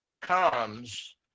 comes